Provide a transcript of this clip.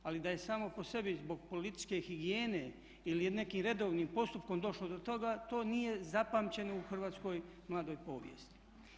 Ali da je samo po sebi zbog političke higijene ili nekim redovnim postupkom došlo do toga to nije zapamćeno u hrvatskoj mladoj povijesti.